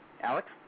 Alex